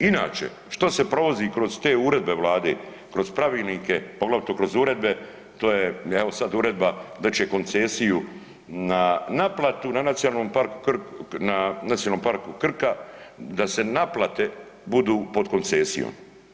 Inače što se prolazi kroz te uredbe Vlade, kroz pravilnike, poglavito kroz uredbe to je, evo sada uredba dat će koncesiju na naplatu na Nacionalnom parku Krka da se naplate budu pod koncesijom.